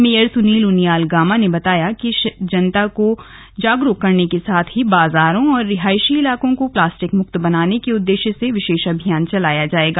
mayor Sunil Uniyal Gama ने बताया की जनता को जागरूक करने के साथ ही बाजारों और रिहायशी इलाकों को प्लास्टिक मुक्त बनाने को उदेश्य से विशेष अभियान चलाया जाएगा